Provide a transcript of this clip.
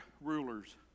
rulers